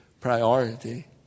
priority